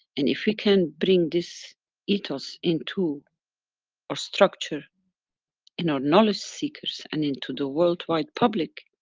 and if we can bring this ethos into our structure in our knowledge seekers and into the worldwide public